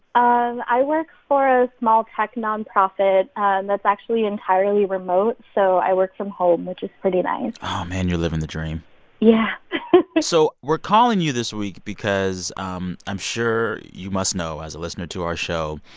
um i work for a small tech nonprofit and that's actually entirely remote. so i work from home, which is pretty nice oh, man, you're living the dream yeah so we're calling you this week because um i'm sure you must know, as a listener to our show,